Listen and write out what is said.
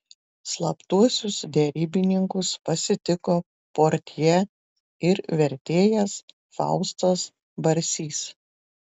slaptuosius derybininkus pasitiko portjė ir vertėjas faustas barsys